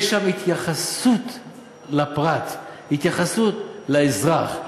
יש שם התייחסות לפרט, התייחסות לאזרח.